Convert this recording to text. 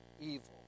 evil